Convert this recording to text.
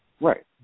Right